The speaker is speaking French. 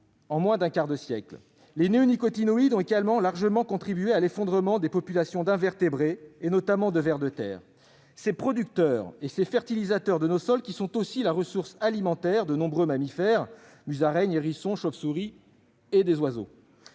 en moins d'un quart de siècle ! Les néonicotinoïdes ont également largement contribué à l'effondrement des populations d'invertébrés, notamment de vers de terre. Ces producteurs et ces fertilisateurs de nos sols sont aussi la ressource alimentaire de nombreux mammifères- musaraignes, hérissons, chauve-souris, etc. -et oiseaux.